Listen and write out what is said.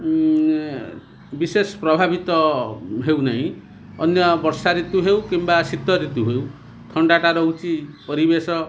ବିଶେଷ ପ୍ରଭାବିତ ହେଉନାହିଁ ଅନ୍ୟ ବର୍ଷା ଋତୁ ହେଉ କିମ୍ବା ଶୀତ ଋତୁ ହେଉ ଥଣ୍ଡାଟା ରହୁଛି ପରିବେଶ